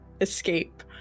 escape